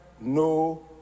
no